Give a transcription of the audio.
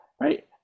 right